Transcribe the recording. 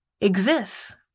exists